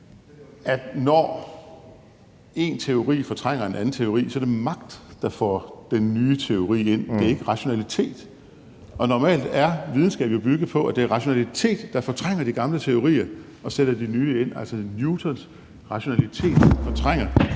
at når én teori fortrænger en anden teori, er det magt, der får den nye teori ind; det er ikke rationalitet. Normalt er videnskab jo bygget på, at det er rationalitet, der fortrænger de gamle teorier og sætter de nye ind. Altså, Newtons rationalitet fortrænger